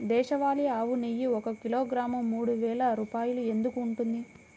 దేశవాళీ ఆవు నెయ్యి ఒక కిలోగ్రాము మూడు వేలు రూపాయలు ఎందుకు ఉంటుంది?